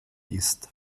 ist